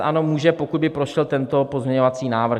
Ano, může, pokud by prošel tento pozměňovací návrh.